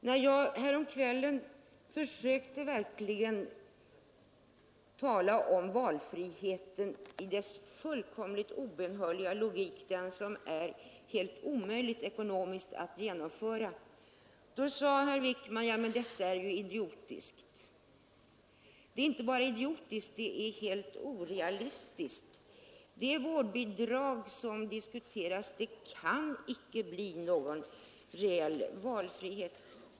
När jag häromkvällen verkligen försökte tala om valfriheten i dess fullkomligt obönhörliga logik — den som ekonomiskt är helt omöjlig att genomföra — sade herr Wijkman: Detta är ju idiotiskt. Det är inte bara idiotiskt, utan det är helt orealistiskt. Det vårdbidrag som diskuteras kan ju icke ge någon reell valfrihet.